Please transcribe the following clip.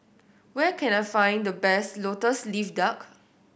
where can I find the best Lotus Leaf Duck